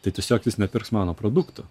tai tiesiog jis nepirks mano produktų